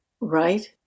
Right